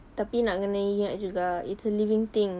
tetapi nak kena ingat juga it's a living thing